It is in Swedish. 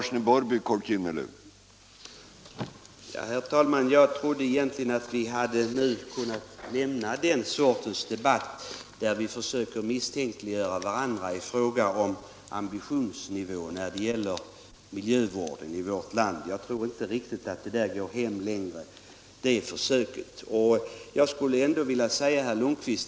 Herr talman! Jag trodde att vi nu hade lämnat det slags debatt där vi försöker misstänkliggöra varandra i fråga om ambitionsnivån när det gäller miljövården i vårt land. Jag tror inte att det här försöket går hem.